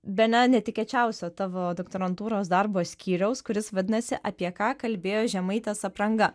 bene netikėčiausia tavo doktorantūros darbo skyriaus kuris vadinasi apie ką kalbėjo žemaitės apranga